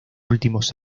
últimos